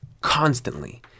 constantly